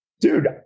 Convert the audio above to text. dude